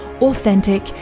authentic